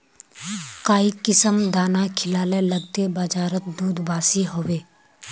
काई किसम दाना खिलाले लगते बजारोत दूध बासी होवे?